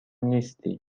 نیستی